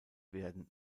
werden